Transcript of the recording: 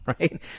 right